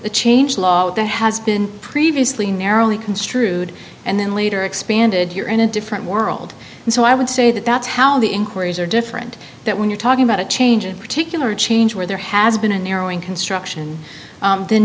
a change law that has been previously narrowly construed and then later expanded you're in a different world and so i would say that that's how the inquiries are different that when you're talking about a change a particular change where there has been a narrowing construction